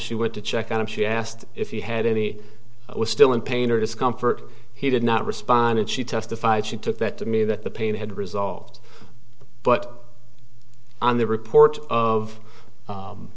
she went to check on him she asked if he had any was still in pain or discomfort he did not respond and she testified she took that to mean that the pain had resolved but on the report of